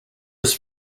was